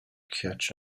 catch